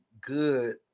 good